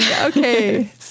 okay